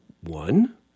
One